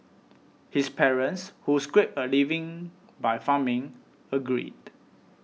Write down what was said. his parents who scraped a living by farming agreed